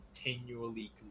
continually